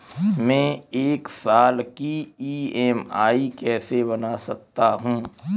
मैं एक साल की ई.एम.आई कैसे बना सकती हूँ?